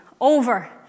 over